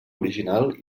original